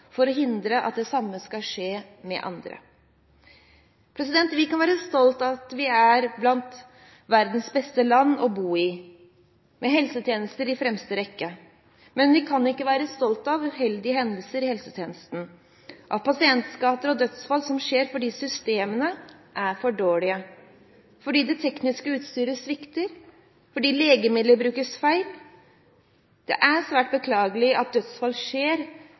for å hindre at det samme skal skje med andre. Vi kan være stolt av at vi er blant verdens beste land å bo i, med helsetjenester i fremste rekke. Men vi kan ikke være stolt av uheldige hendelser i helsetjenestene, av pasientskader og dødsfall som skjer fordi systemene er for dårlige, fordi det tekniske utstyret svikter, fordi legemidler brukes feil. Det er svært beklagelig at dødsfall skjer